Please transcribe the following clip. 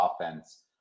offense